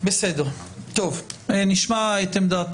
לסעיף 6. הוראות לעניין